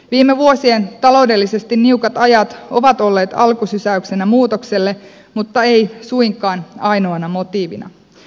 viime vuosien taloudellisesti niukat ajat ovat olleet alkusysäyksenä muutokselle mutta eivät suinkaan ainoana motiivina